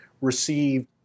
received